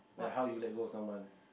like how you let go of someone